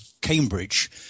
Cambridge